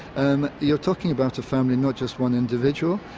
and you're talking about a family, not just one individual,